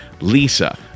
Lisa